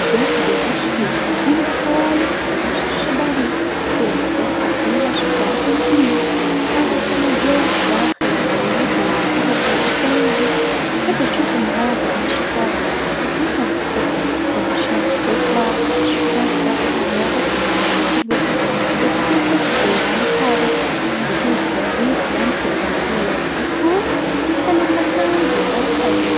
في البيت اللي أعيش فيه عندي حوالي عشر شبابيك كل غرفة فيها شباك أو اثنين هذا يخلي الجو داخله مريح ويدخل الظوء الطبيعي، أحب أشوف المناظر من الشباك خصوصا في الصباح لما الشمس تطلع. الشباك بعد تساعد في تهوية البيت وخصوصا في الأيام الحارة. وجودها يظيف لمسة جمالية للديكور ويخلي المكان يظل حيوي.